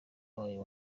wayo